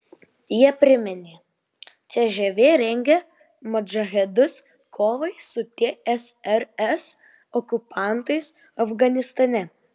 jie priminė cžv rengė modžahedus kovai su tsrs okupantais afganistane